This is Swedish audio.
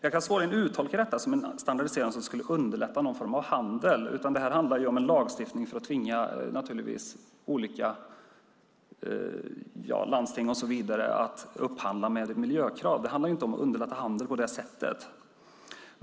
Jag kan svårligen uttolka detta som en standardisering som skulle underlätta någon form av handel. Här handlar det om en lagstiftning för att tvinga olika landsting och så vidare att upphandla med miljökrav. Det handlar inte om att underlätta handel på det sättet.